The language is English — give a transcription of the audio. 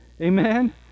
Amen